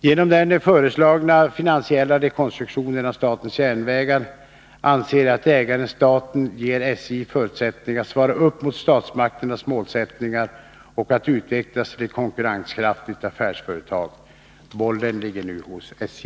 Genom den föreslagna finansiella rekonstruktionen av statens järnvägar anser jag att ägaren-staten ger SJ förutsättningar att svara upp mot statsmakternas målsättningar och att utvecklas till ett konkurrenskraftigt affärsföretag. Bollen ligger nu hos SJ.